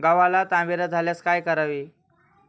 गव्हाला तांबेरा झाल्यास काय करावे?